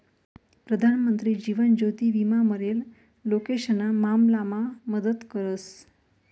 प्रधानमंत्री जीवन ज्योति विमा मरेल लोकेशना मामलामा मदत करस